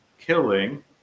killing